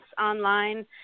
online